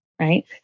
right